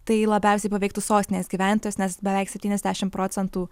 tai labiausiai paveiktų sostinės gyventojus nes beveik septyniasdešimt procentų